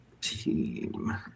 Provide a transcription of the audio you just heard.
team